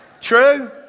True